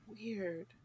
Weird